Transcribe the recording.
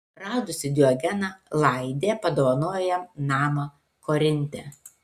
radusi diogeną laidė padovanojo jam namą korinte